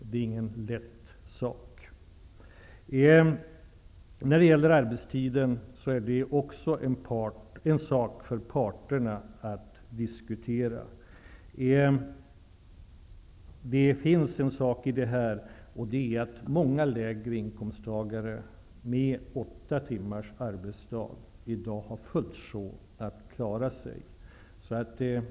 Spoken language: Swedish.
Det är ingen lätt sak. Arbetstiden är också en fråga som parterna måste diskutera. Många lägre inkomsttagare med åtta timmars arbetsdag har i dag fullt sjå att klara sig.